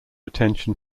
attention